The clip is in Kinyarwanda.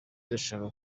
irashaka